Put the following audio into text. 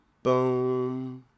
Boom